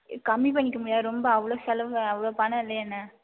கம்மி பண்ணிக்கமுடியாதா ரொம்ப அவ்வளோ செலவு அவ்வளோ பணம் இல்லையேண்ணா